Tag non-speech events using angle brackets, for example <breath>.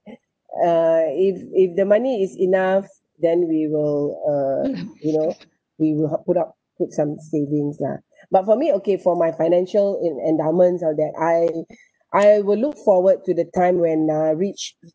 <noise> uh if if the money is enough then we will uh you know we will have put up put some savings lah <breath> but for me okay for my financial in endowments ah that I <breath> I will look forward to the time when I reach